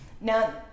Now